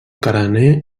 carener